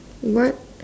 what